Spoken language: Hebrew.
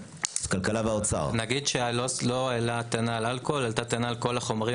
--- לא העלה טענה על אלכוהול אלא כל החומרים